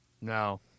No